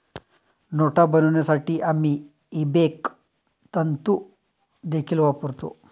नोटा बनवण्यासाठी आम्ही इबेक तंतु देखील वापरतो